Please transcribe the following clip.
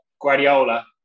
Guardiola